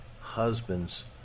husband's